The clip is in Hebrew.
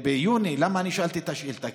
למה אני שאלתי את השאילתה?